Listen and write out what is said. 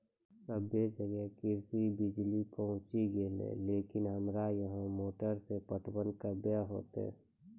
सबे जगह कृषि बिज़ली पहुंची गेलै लेकिन हमरा यहाँ मोटर से पटवन कबे होतय?